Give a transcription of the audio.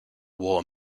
war